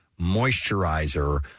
moisturizer